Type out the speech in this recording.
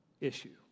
issue